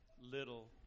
little